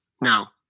now